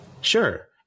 Sure